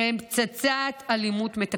שהם פצצת אלימות מתקתקת.